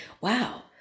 wow